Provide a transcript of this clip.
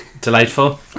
Delightful